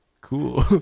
Cool